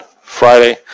Friday